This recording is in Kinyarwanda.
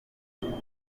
kuko